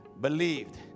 believed